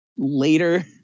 later